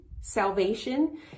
salvation